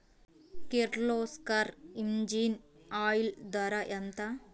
Kirloskar engine oil ధర ఎంత?